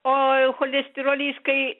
o cholesterolis kai